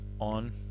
on